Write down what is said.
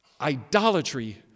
idolatry